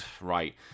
right